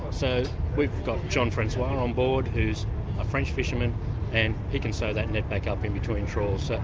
so we've got jean-francois on um board who's a french fisherman and he can sew that net back up in-between trawls.